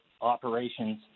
operations